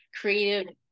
creative